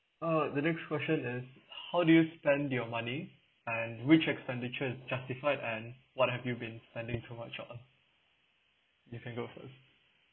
uh the next question is how do you spend your money and which expenditure justified and what have you been spending too much on you can go first